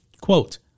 quote